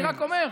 אני רק אומר,